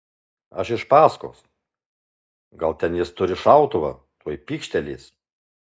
aš iš paskos gal ten jis turi šautuvą tuoj pykštelės